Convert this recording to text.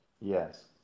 Yes